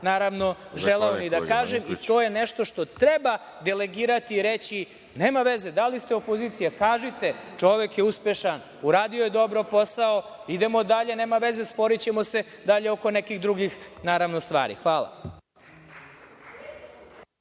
naravno ni želeo da kažem i to je nešto što treba legirati i reći, nema veze da li ste opozicija, kažite - čovek je uspešan, uradio je dobro posao i idemo dalje, nema veze sporićemo se dalje oko nekih drugih stvari. Hvala.